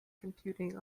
computing